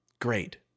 Great